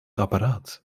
apparaat